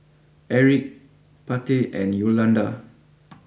Aric Pate and Yolonda